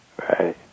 Right